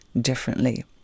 differently